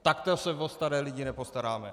Takto se o staré lidi nepostaráme.